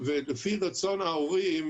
ולפי רצון ההורים,